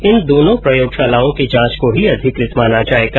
इन दोनों प्रयोगशालाओं की जांच को ही अधिकृत माना जायेगा